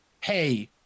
hey